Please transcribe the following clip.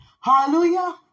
Hallelujah